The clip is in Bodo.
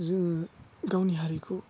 जोङो गावनि हारिखौ